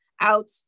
out